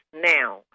now